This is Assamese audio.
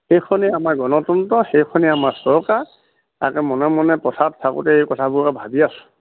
এইখনে আমাৰ গণতন্ত্ৰ সেইখনে আমাৰ চৰকাৰ তাকে মনে মনে পথাৰত থাকোতে এই কথাবোৰ ভাবি আছো